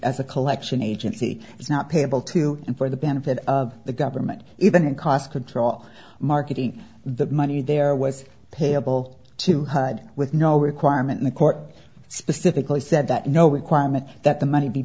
as a collection agency is not payable to and for the benefit of the government even in cost control marketing the money there was payable to hud with no requirement the court specifically said that no requirement that the money be